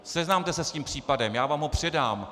Seznamte se s tím případem, já vám ho předám.